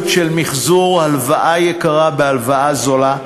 של מיחזור הלוואה יקרה בהלוואה זולה,